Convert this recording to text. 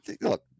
Look